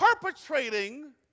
perpetrating